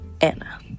Anna